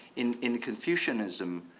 in in confucianism,